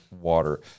water